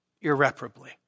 irreparably